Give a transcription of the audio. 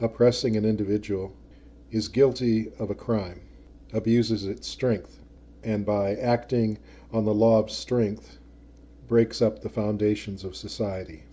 oppressing an individual is guilty of a crime abuses its strength and by acting on the law strength breaks up the foundations of society